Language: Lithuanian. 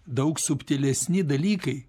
daug subtilesni dalykai